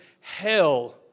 hell